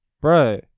Bro